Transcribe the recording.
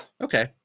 okay